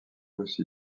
aussi